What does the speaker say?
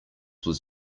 was